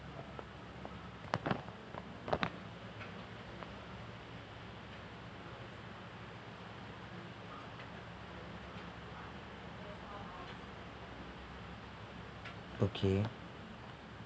okay